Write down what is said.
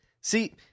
See